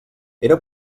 era